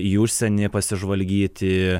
į užsienį pasižvalgyti